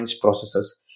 processes